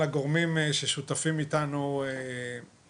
אני רוצה להודות גם לגורמים ששותפים איתנו במקורות,